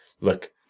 look